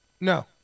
No